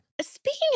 Speaking